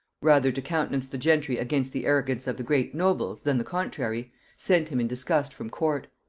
rather to countenance the gentry against the arrogance of the great nobles than the contrary sent him in disgust from court.